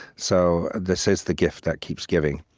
so this is the gift that keeps giving,